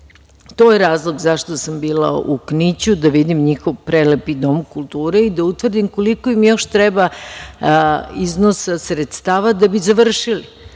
je razlog zašto sam bila u Kniću da vidim njihov prelepi Dom kulture i da utvrdim koliko im još treba iznosa sredstava da bi završili.